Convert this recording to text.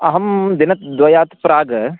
अहं दिनद्वयात् प्राक्